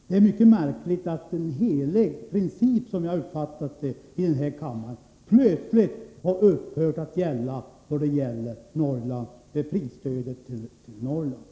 Det är mycket märkligt att en i denna kammare helig princip, som jag har uppfattat det, plötsligt har upphört att gälla i fråga om prisstödet till Norrland.